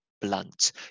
blunt